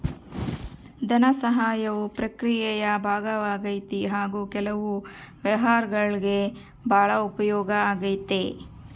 ಧನಸಹಾಯವು ಪ್ರಕ್ರಿಯೆಯ ಭಾಗವಾಗೈತಿ ಹಾಗು ಕೆಲವು ವ್ಯವಹಾರಗುಳ್ಗೆ ಭಾಳ ಉಪಯೋಗ ಆಗೈತೆ